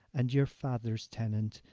and your father's tenant,